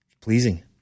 pleasing